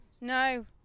no